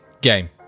game